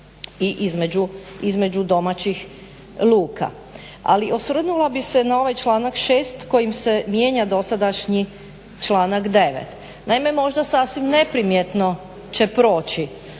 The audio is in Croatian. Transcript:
i između domaćih luka. Ali osvrnula bih se na ovaj članak 6.kojim se mijenja dosadašnji članak 9. Naime, možda sasvim neprimjetno će proći